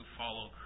follow